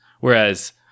Whereas